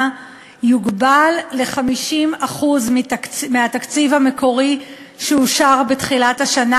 יוגבל ל-50% מהתקציב המקורי שאושר בתחילת השנה,